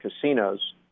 casinos